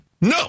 no